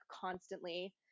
constantly